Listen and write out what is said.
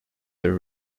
their